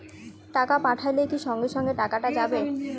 টাকা পাঠাইলে কি সঙ্গে সঙ্গে টাকাটা যাবে?